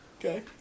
Okay